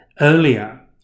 earlier